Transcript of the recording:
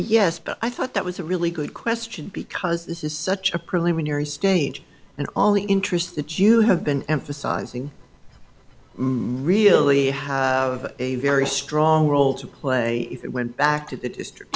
yes but i thought that was a really good question because this is such a preliminary stage and all the interests that you have been emphasizing really have a very strong role to play if it went back to the district